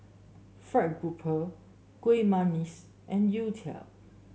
fried grouper Kuih Manggis and youtiao